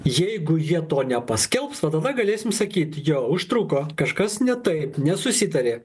jeigu jie to nepaskelbs va tada galėsim sakyt jo užtruko kažkas ne taip nesusitarė